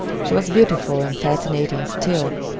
she was beautiful and fascinating still,